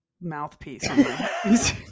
mouthpiece